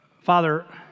Father